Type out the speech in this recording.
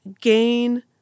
gain